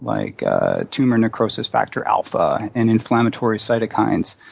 like ah tumor necrosis factor alpha and inflammatory cytokines,